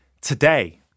today